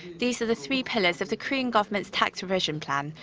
these are the three pillars of the korean government's tax revision plan.